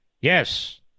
Yes